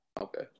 Okay